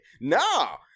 No